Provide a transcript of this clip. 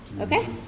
Okay